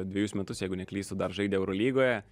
dvejus metus jei neklystu dar žaidė eurolygoje